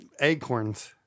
acorns